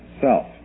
self